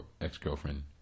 ex-girlfriend